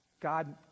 God